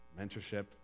mentorship